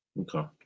Okay